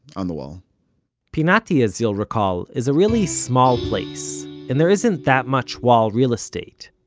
on the wall pinati, as you'll recall, is a really small place, and there isn't that much wall real-estate.